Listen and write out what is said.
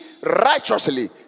righteously